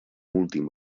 últim